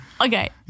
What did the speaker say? Okay